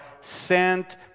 sent